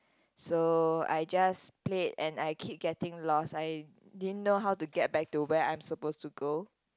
so I just played and I keep getting lost I didn't know how to get back to where I'm supposed to go